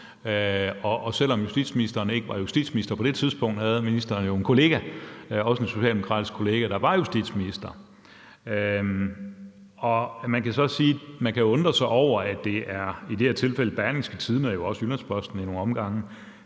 Og selv om justitsministeren ikke var justitsminister på det tidspunkt, havde ministeren jo en kollega, også en socialdemokratisk kollega, der var justitsminister. Man kan så sige, at man kan undre sig over, at det i det her tilfælde er Berlingske Tidende og jo også Jyllands-Posten ad nogle omgange,